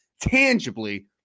tangibly